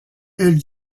elle